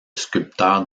sculpteur